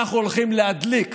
אנחנו הולכים להדליק